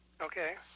Okay